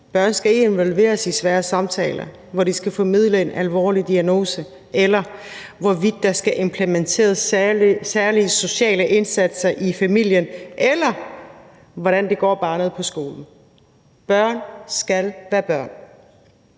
Børn skal ikke involveres i svære samtaler, hvor de skal formidle en alvorlig diagnose, hvorvidt der skal implementeres særlige sociale indsatser i familien, eller hvordan det går barnet på skolen. Børn skal være børn.